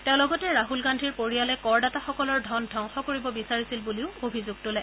তেওঁ লগতে ৰাছল গান্ধী পৰিয়ালে কৰদাতাসকলৰ ধন ধবংস কৰিব বিচাৰিছে বুলিও অভিযোগ তোলে